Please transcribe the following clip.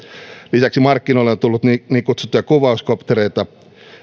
lisäksi markkinoille on tullut niin kutsuttuja kuvauskoptereita